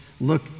look